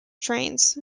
trains